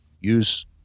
use